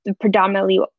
predominantly